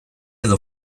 edo